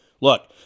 Look